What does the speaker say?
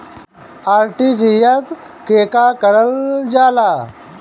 RTGS केगा करलऽ जाला?